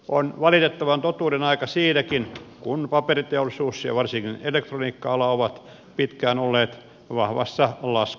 on valitettavan totuuden aika siinäkin kun paperiteollisuus ja varsinkin elektroniikka ala ovat pitkään olleet vahvassa laskussa